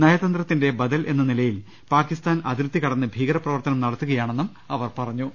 നയതന്ത്രത്തിന്റെ ബദൽ എന്ന നിലയിൽ പാക്കിസ്ഥാൻ അതിർത്തി കടന്ന് ഭീകരപ്ര വർത്തനം നടത്തുകയാണെന്നും അവർ പറഞ്ഞു